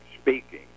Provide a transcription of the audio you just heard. speaking